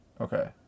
Okay